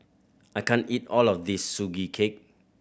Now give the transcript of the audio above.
I can't eat all of this Sugee Cake